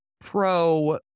pro-